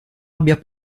abbia